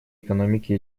экономики